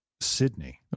Sydney